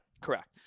Correct